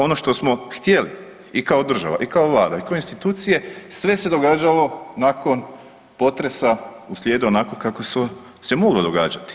Ono što smo htjeli i kao država i kao Vlada i kao institucije sve se događalo nakon potresa u slijedu onako kako se moglo događati.